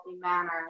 manner